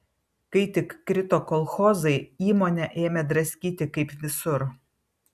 kai tik krito kolchozai įmonę ėmė draskyti kaip visur